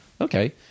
Okay